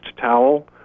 towel